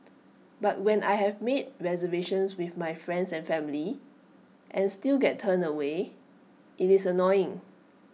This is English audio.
but when I have made reservations with my friends and family and still get turned away IT is annoying